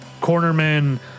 cornerman